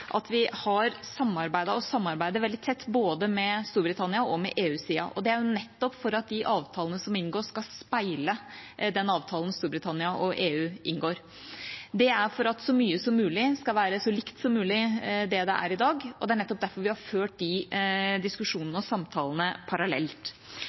at vi har samarbeidet og samarbeider veldig tett med både Storbritannia og EU-siden. Det er nettopp for at de avtalene som inngås, skal speile den avtalen som Storbritannia og EU inngår. Det er for at så mye som mulig skal være så likt som mulig det det er i dag, og det er nettopp derfor vi har ført de